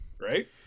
right